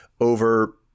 over